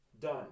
Done